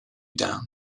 down